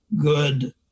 good